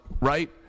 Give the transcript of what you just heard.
right